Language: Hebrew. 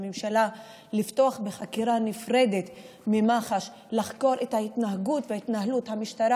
לממשלה נשאר פתוח במכוון כמנוף לסחיטתו